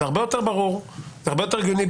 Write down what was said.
זה הרבה יותר ברור, זה הרבה יותר הגיוני.